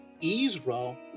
Israel